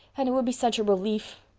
and it would be such a relief.